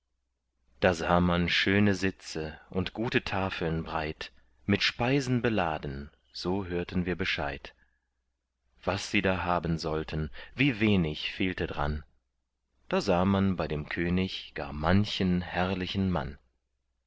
da sah man schöne sitze und gute tafeln breit mit speisen beladen so hörten wir bescheid was sie da haben sollten wie wenig fehlte dran da sah man bei dem könig gar manchen herrlichen mann